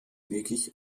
wirklich